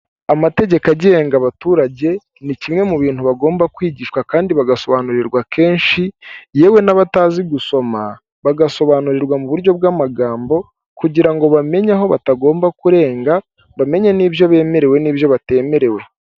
Amategeko agenga abaturage ni kimwe mu bintu bagomba kwigishwa kandi bagasobanurirwa kenshi, yewe n'abatazi gusoma bagasobanurirwa mu buryo bw'amagambo, kugira ngo bamenye aho batagomba kurenga, bamenye n'ibyo bemerewe, n'ibyo batemerewe.